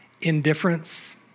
indifference